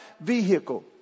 vehicle